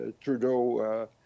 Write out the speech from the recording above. Trudeau